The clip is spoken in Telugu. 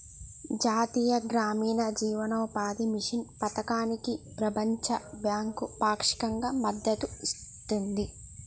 జాతీయ గ్రామీణ జీవనోపాధి మిషన్ పథకానికి ప్రపంచ బ్యాంకు పాక్షికంగా మద్దతు ఇస్తది